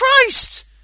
Christ